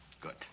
good